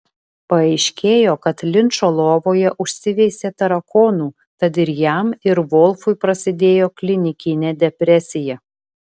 paaiškėjo kad linčo lovoje užsiveisė tarakonų tad ir jam ir volfui prasidėjo klinikinė depresija